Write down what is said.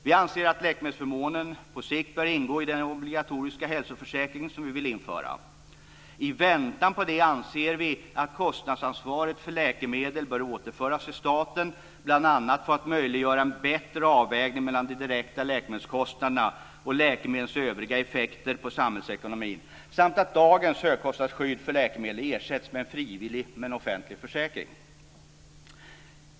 Vi anser att läkemedelsförmånen på sikt bör ingå i den obligatoriska hälsoförsäkring som vi vill införa. I väntan på det anser vi att kostnadsansvaret för läkemedel bör återföras till staten för att bl.a. möjliggöra en bättre avvägning mellan de direkta läkemedelskostnaderna och läkemedlens övriga effekter på samhällsekonomin samt att dagens högkostnadsskydd för läkemedel ersätts med en frivillig men offentlig försäkring.